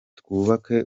twubake